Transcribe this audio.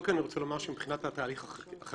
קודם, כל, מבחינת תהליך החקיקה,